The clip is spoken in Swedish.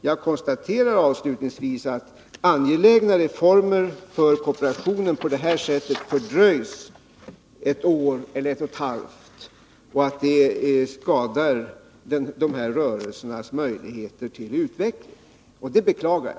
Jag konstaterar avslutningsvis att angelägnare former för kooperationen på detta sätt fördröjs ett eller ett och ett halvt år och att det skadar dessa rörelsers möjligheter till utveckling. Det beklagar jag.